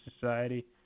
society